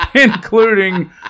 Including